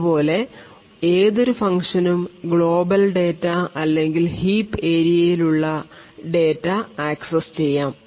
അതുപോലെ ഏതൊരു ഫംഗ്ഷനും ഗ്ലോബൽ ഡാറ്റ അല്ലെങ്കിൽ ഹീപ് ഏരിയയിലുള്ള ഉള്ള ഡാറ്റ അക്സസ്സ് ചെയ്യാം